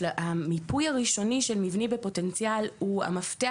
המיפוי הראשוני של מבנים בפוטנציאל הוא המפתח